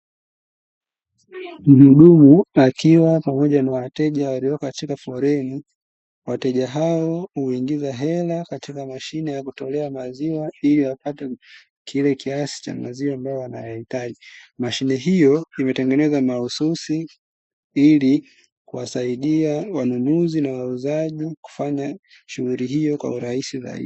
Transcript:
Mhudumu akiwa pamoja na wateja walio katika foleni, wateja hao huingiza hela katika mashine ya kutolea maziwa ili wapate kile kiasi cha maziwa ambayo wanayahitaji. Mashine hiyo imetengenezwa mahususi ili kuwasaidia wanunuzi na wauzaji kufanya shughuli hiyo kwa urahisi zaidi.